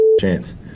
chance